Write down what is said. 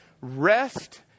rest